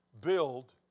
build